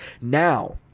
Now